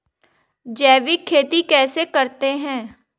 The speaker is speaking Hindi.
जैविक खेती कैसे करते हैं?